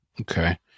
Okay